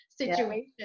situation